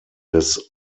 des